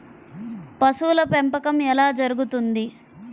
పశువుల పెంపకం ఎలా జరుగుతుంది?